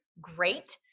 great